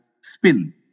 spin